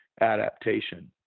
adaptation